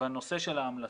בנושא ההמלצות,